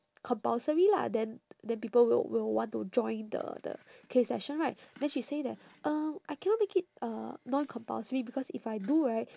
compulsory lah then then people will will want to join the the K session right then she say that um I cannot make it uh non compulsory because if I do right